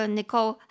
Nicole